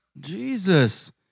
Jesus